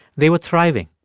they were thriving.